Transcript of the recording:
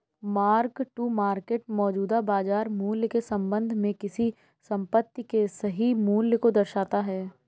mark to market मौजूदा बाजार मूल्य के संबंध में किसी संपत्ति के सही मूल्य को दर्शाता है